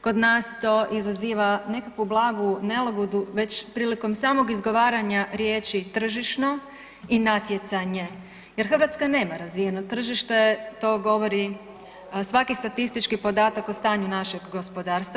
Kod nas to izaziva nekakvu blagu nelagodu već prilikom samog izgovaranja riječi tržišno i natjecanje jer Hrvatska nema razinu tržište to govori svaki statistički podatak o stanju našeg gospodarstva.